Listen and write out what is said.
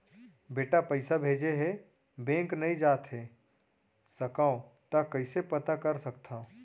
बेटा पइसा भेजे हे, बैंक नई जाथे सकंव त कइसे पता कर सकथव?